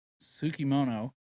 sukimono